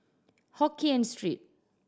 Hokien Street